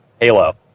Halo